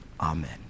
Amen